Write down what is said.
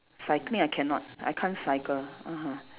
cycling I cannot I can't cycle (uh huh)